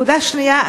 נקודה שנייה,